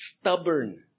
stubborn